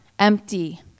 empty